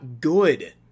good